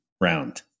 round